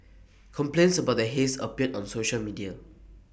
complaints about the haze appeared on social media